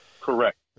Correct